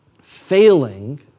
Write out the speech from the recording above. failing